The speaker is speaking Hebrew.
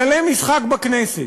כללי משחק בכנסת: